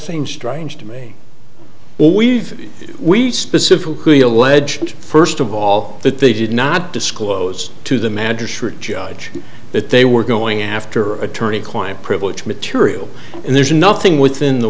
same strange to me well we've we specifically alleged first of all that they did not disclose to the magistrate judge that they were going after attorney client privilege material and there's nothing within the